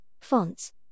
fonts